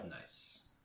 Nice